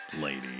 lady